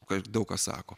ką ir daug kas sako